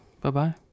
bye-bye